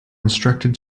instructed